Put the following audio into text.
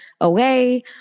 away